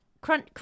crunch